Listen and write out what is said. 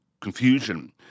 confusion